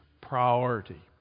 priority